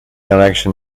election